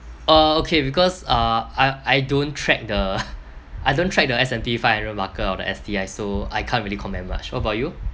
uh okay because uh I I don't track the I don't track the S_&_P five hundred market or the S_T_I so I can't really comment much what about you